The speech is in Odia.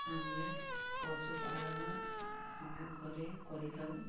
ଆମେ ପଶୁପାଳନ ଆମ ଘରେ କରିଥାଉ